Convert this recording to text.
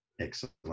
Excellent